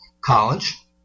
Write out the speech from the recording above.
college